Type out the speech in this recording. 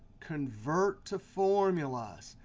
convert to formulas.